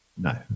No